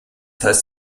heißt